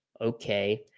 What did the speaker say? okay